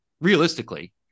realistically